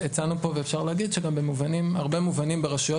הצענו פה ואפשר להגיד שבהרבה מובנים ברשויות